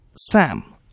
Sam